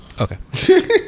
Okay